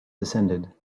descended